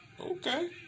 Okay